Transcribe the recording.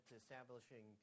establishing